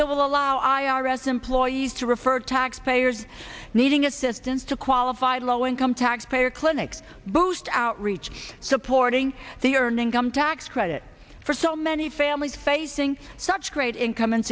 will allow i r s employees to refer taxpayers needing assistance to qualify low income taxpayer clinics boost outreach supporting the earning come tax credit for so many families facing such great income and